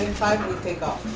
five, we take off.